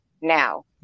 now